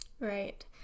Right